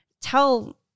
tell